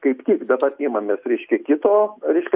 kaip tik dabar imamės reiškia kito reiškia